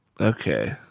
Okay